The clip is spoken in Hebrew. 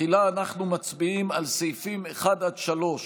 תחילה אנחנו מצביעים על סעיפים 1 3,